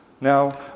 Now